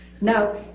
now